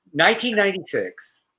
1996